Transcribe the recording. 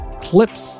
clips